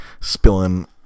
spilling